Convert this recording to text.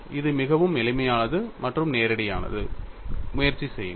இது மிகவும் எளிமையானது மற்றும் நேரடியானது முயற்சி செய்யுங்கள்